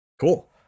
Cool